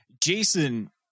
Jason